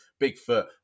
Bigfoot